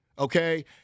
Okay